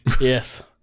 Yes